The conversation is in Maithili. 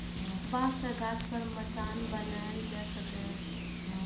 बांस सं गाछ पर मचान बनाएल जा सकैए